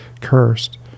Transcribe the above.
cursed